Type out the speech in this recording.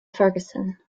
ferguson